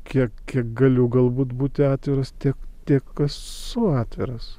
kiek kiek galiu galbūt būti atviras tiek tiek esu atviras